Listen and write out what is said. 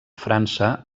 frança